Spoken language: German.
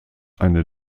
eine